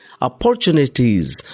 opportunities